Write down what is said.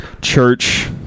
church